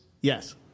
Yes